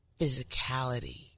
physicality